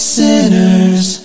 sinners